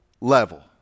level